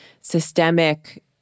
systemic